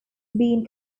been